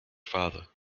father